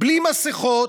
בלי מסכות,